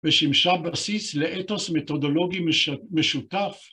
ושימשה בסיס לאתוס מתודולוגי משותף,